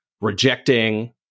rejecting